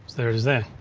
there it is there.